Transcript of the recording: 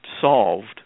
solved